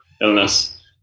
illness